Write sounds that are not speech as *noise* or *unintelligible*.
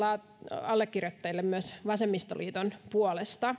allekirjoittajille myös vasemmistoliiton puolesta *unintelligible*